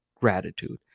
gratitude